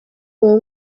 uwo